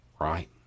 right